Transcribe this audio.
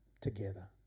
together